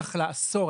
צריף לאסור,